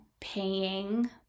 paying